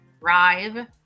drive